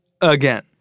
again